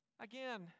Again